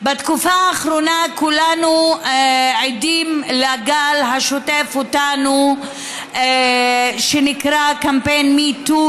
בתקופה האחרונה כולנו עדים לגל השוטף אותנו שנקרא קמפיין MeToo,